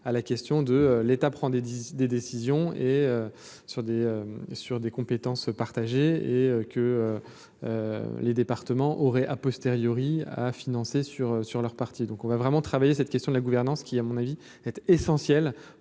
à la question de l'État prend des des décisions et sur des sur des compétences partagées et que les départements auraient a posteriori à financer sur sur leur parti, donc on a vraiment travaillé cette question de la gouvernance, qui à mon avis essentiel